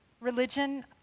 Religion